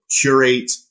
curate